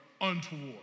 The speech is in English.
untoward